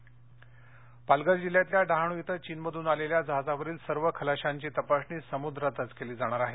corona Palghar जिल्ह्यातल्या डहाणू क्रिं चीनमधून आलेल्या जहाजावरील सर्व खलाशांची तपासणी समुद्रातच केली जाणार आहे